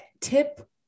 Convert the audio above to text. tip